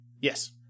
Yes